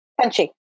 punchy